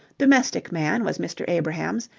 domestic man was mr. abrahams,